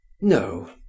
No